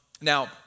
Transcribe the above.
now